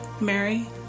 Mary